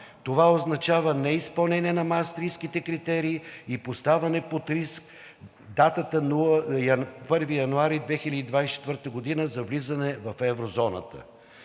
Това означава неизпълнение на Маастрихтските критерии и поставяне под риск датата 1 януари 2024 г. за влизане в еврозоната.